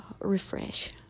refresh